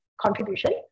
contribution